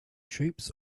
troops